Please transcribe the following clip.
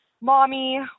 mommy